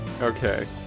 Okay